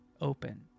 open